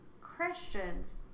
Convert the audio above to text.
Christians